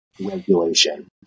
regulation